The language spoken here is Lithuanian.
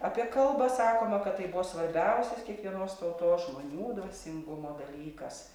apie kalbą sakoma kad tai buvo svarbiausias kiekvienos tautos žmonių dvasingumo dalykas